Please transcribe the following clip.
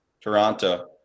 Toronto